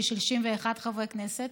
רוב של 61 חברי כנסת,